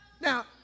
Now